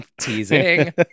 teasing